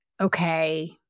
okay